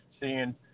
seeing